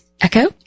Echo